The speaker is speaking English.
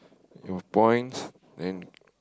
you've points and